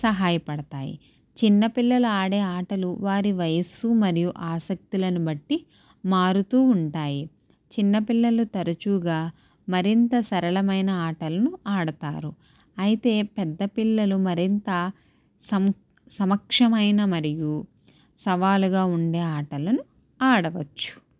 సహాయపడతాయి చిన్నపిల్లలు ఆడే ఆటలు వారి వయసు మరియు ఆసక్తులను బట్టి మారుతూ ఉంటాయి చిన్నపిల్లలు తరచుగా మరింత సరళమైన ఆటలను ఆడతారు అయితే పెద్ద పిల్లలు మరింత సమ సమక్షమైన మరియు సవాలుగా ఉండే ఆటలను ఆడవచ్చు